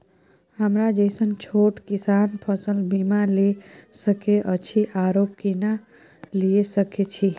हमरा जैसन छोट किसान फसल बीमा ले सके अछि आरो केना लिए सके छी?